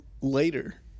later